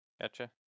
gotcha